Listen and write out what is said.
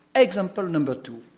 example number two.